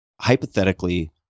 hypothetically